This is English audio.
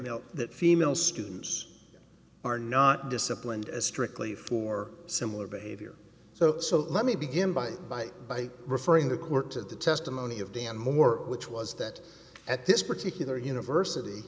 that female students are not disciplined as strictly for similar behavior so so let me begin by by by referring the court to the testimony of dan moore which was that at this particular university